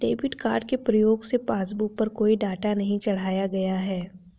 debit card के प्रयोग से पासबुक पर कोई डाटा नहीं चढ़ाया गया है